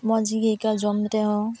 ᱢᱚᱡᱽ ᱜᱮ ᱟᱹᱭᱠᱟᱹᱜᱼᱟ ᱡᱚᱢ ᱨᱮᱦᱚᱸ